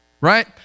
right